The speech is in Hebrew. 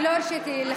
אני לא הרשיתי לך,